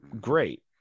Great